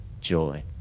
joy